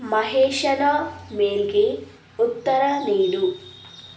ಮಹೇಶನ ಮೇಲ್ಗೆ ಉತ್ತರ ನೀಡು